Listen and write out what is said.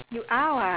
ya